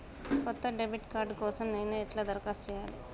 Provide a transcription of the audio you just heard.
కొత్త debit card కోసం నేను ఎట్లా దరఖాస్తు చేయాలి?